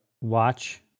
Watch